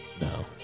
no